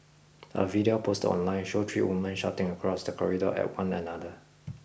a video posted online showed three women shouting across the corridor at one another